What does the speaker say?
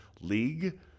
league